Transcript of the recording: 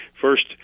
first